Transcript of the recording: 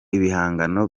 ibihangano